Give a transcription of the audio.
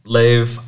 live